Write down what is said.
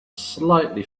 slightly